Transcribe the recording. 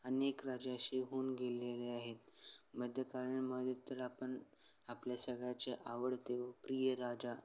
अनेक राजा असे होऊन गेलेले आहेत मध्यकारमध्ये तर आपन आपल्या सगळ्याचे आवडते प्रिय राजा